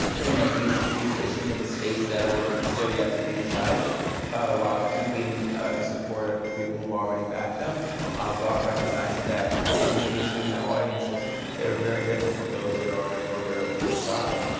you know, these these issues in the states that are still yet to be decided while keeping the support of the people who have already backed them while recognizing that they may be speaking to audiences that are very different from those that are already on there there side.